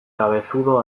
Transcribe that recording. cabezudo